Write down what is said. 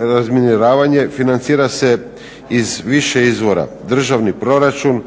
razminiravanje financira se iz više izvora državni proračun,